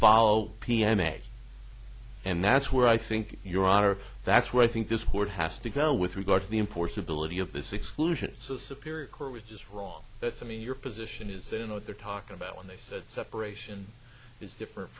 follow p m a and that's where i think your honor that's where i think this court has to go with regard to the imports ability of this exclusion so superior court which is wrong that's i mean your position is no they're talking about when they said separation is different